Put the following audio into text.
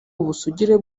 ubusugire